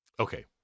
Okay